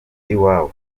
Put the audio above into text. y’iwabo